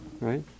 right